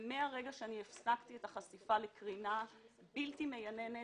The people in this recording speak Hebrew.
מרגע שהפסקתי את החשיפה לקרינה בלתי מייננת,